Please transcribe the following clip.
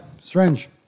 strange